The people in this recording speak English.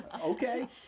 Okay